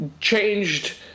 changed